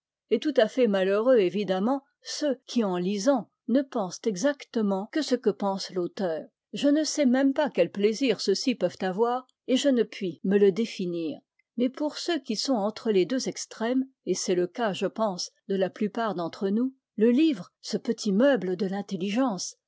et tout à fait malheureux évidemment ceux qui en lisant ne pensent exactement que ce que pense l'auteur je ne sais même pas quel plaisir ceux-ci peuvent avoir et je ne puis me le définir mais pour ceux qui sont entre les deux extrêmes et c'est le cas je pense de la plupart d'entre nous le livre ce petit meuble de l'intelligence